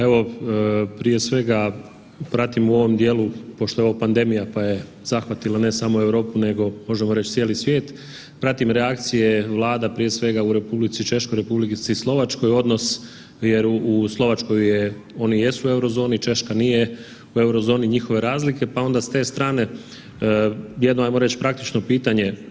Evo prije svega pratimo u ovom dijelu pošto je ovo pandemija pa je zahvatilo ne samo Europu nego možemo reći cijeli svijet, pratim reakcije Vlada prije svega u Republici Češkoj i u Republici Slovačkoj odnos jer u Slovačkoj oni jesu u eurozoni, Češka nije u eurozoni njihove razlike pa onda s te strane jedno ajmo reć praktično pitanje.